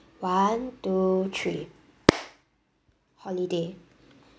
one two three holiday